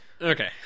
Okay